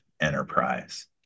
enterprise